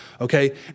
okay